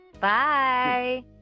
Bye